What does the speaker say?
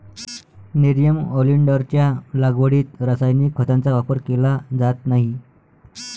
nerium ऑलिंडरच्या लागवडीत रासायनिक खतांचा वापर केला जात नाही